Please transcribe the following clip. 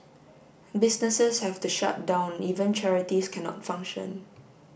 businesses have to shut down even charities cannot function